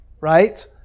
right